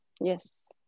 Yes